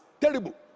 terrible